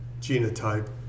genotype